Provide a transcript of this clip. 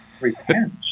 repent